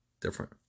different